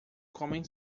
comem